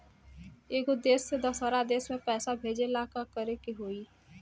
एगो देश से दशहरा देश मे पैसा भेजे ला का करेके होई?